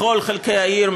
בכל חלקי העיר,